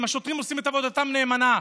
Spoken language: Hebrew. לשוטרים, השוטרים עושים את עבודתם נאמנה.